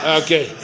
okay